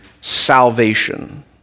salvation